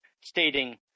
stating